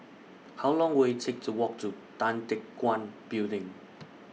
How Long Will IT Take to Walk to Tan Teck Guan Building